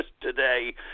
today